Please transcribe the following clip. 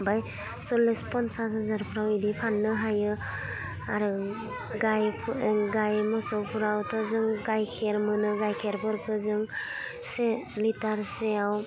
ओमफ्राय सल्लिस फनसास हाजारफ्राव बिदि फाननो हायो आरो गाय मोसौफ्रावथ' जों गाइखेर मोनो गाइखेरफोरखौ जों से लिटारसेआव